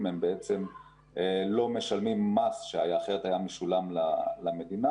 הם בעצם לא משלמים מס שאחרת היה משולם למדינה.